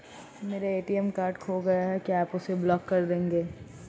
मेरा ATM card खो गया है क्या आप उसे ब्लॉक कर देंगे?